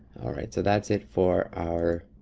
all right, so that's it for our